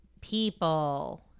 People